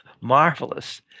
marvelous